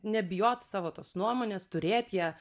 nebijot savo tos nuomonės turėt ją